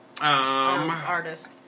artist